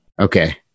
okay